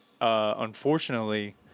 unfortunately